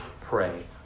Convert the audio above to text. pray